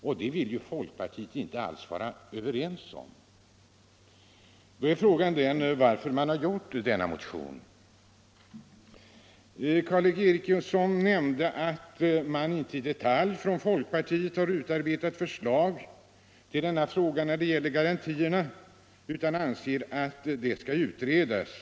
Och det vill ju folkpartiet inte alls vara med om. Då blir frågan varför man väckt denna motion. Herr Eriksson nämnde att man från folkpartiets sida inte i detalj har utarbetat något förslag angående denna garanti, utan man anser att frågan skall utredas.